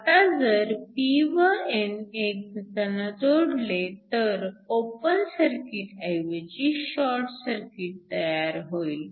आता जर p व n हे एकमेकांना जोडले तर ओपन सर्किट ऐवजी शॉर्ट सर्किट होईल